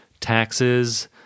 taxes